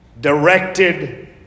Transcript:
directed